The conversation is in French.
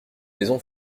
maison